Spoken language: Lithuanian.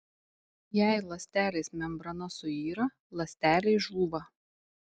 jei ląstelės membrana suyra ląstelė žūva